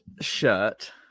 shirt